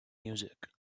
music